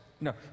No